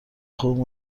خوبی